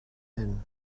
hyn